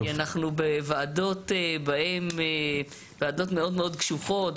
אנחנו בוועדות מאוד קשוחות,